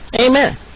Amen